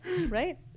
right